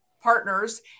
partners